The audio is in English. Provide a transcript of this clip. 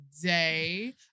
today